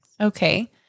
Okay